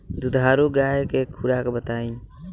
दुधारू गाय के खुराक बताई?